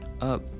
up